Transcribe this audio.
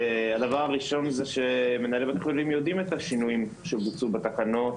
הדבר הראשון הוא שמנהלי בתי החולים יודעים את השינויים שבוצעו בתקנות.